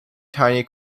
tiny